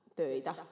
töitä